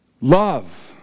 Love